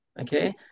okay